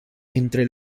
entre